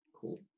Cool